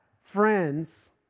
friends